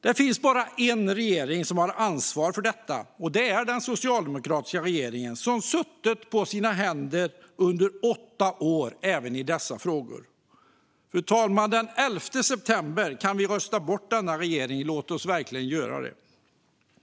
Det finns bara en regering som har ansvaret för detta, och det är den socialdemokratiska regeringen, som suttit på sina händer under åtta år även i dessa frågor. Den 11 september kan vi rösta bort denna regering. Låt oss verkligen göra det!